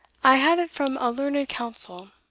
i had it from a learned counsel.